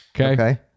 Okay